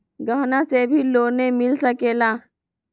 गहना से भी लोने मिल सकेला?